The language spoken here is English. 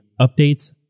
updates